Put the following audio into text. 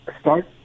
start